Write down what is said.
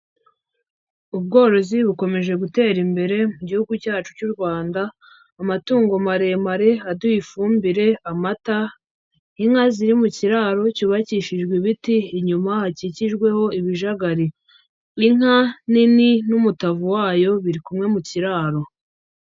Ubworozi bukomeje gutera imbere mu gihugu cyacu cy'u Rwanda. Amatungo maremare aduha ifumbire, amata, inka ziri mu kiraro cyubakishijwe ibiti, inyuma hakikijweho ibijagari. Inka nini n'umutavu wayo, biri kumwe mu kiraro.